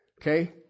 Okay